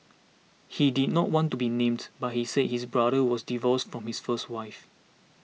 he did not want to be named but he said his brother was divorced from his first wife